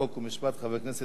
חבר הכנסת דוד רותם.